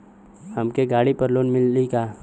हमके गाड़ी पर लोन मिली का?